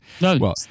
No